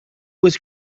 was